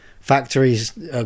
factories